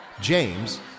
James